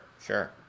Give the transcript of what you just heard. sure